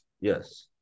Yes